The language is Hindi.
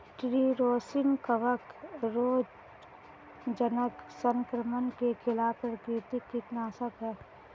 ट्री रोसिन कवक रोगजनक संक्रमण के खिलाफ प्राकृतिक कीटनाशक है